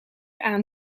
aan